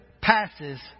passes